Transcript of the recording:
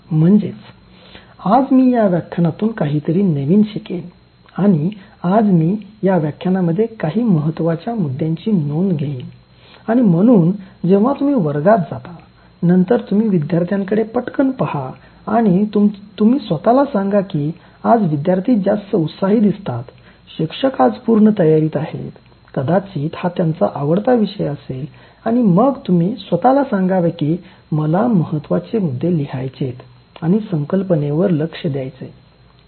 म्हणजेच "आज मी या व्याख्यानातून काहीतरी नवीन शिकेन आणि आज मी या व्याख्यानामध्ये काही महत्त्वाचे मुद्यांची नोंद घेईन आणि म्हणून जेव्हा तुम्ही वर्गात जाता नंतर तुम्ही विद्यार्थ्यांकडे पटकन पहा आणि तुम्ही स्वतला सांगा की आज विद्यार्थी जास्त उत्साही दिसतात शिक्षक आज पूर्ण तयारीत आहेत कदाचित हा त्यांचा आवडता विषय असेल आणि मग तुम्ही स्वतःला सांगावे की मला महत्वाचे मुद्दे लिहायचेत आणि संकल्पनेवर लक्ष द्यायचेय